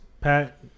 Pat